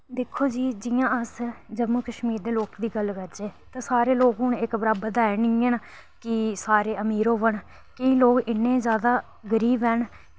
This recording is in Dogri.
दिक्खो जी जि'यां अस जम्मू कश्मीर दे लोकें दी गल्ल करचै तां सारे लोक हून इक्क बराबर तां हैन निं हैन कि सारे अमीर होङन कि लोग इन्ने जादा गरीब हैन